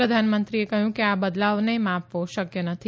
પ્રધાનમંત્રીએ કહ્યું કે આ બદલાવને માપવું શકય નથી